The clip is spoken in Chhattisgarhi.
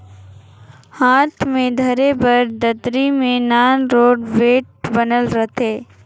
हाथ मे धरे बर दतरी मे नान रोट बेठ बनल रहथे